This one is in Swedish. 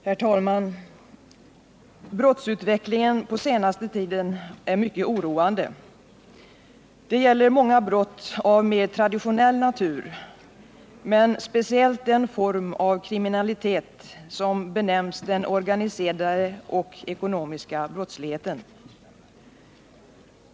Herr talman! Brottsutvecklingen på senare tid är mycket oroande. Det gäller många brott av mer traditionell natur, men speciellt den form av kriminalitet som benämns den organiserade och ekonomiska brottsligheten.